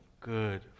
good